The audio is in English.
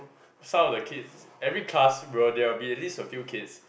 some of the kids every class will there will be at least a few kids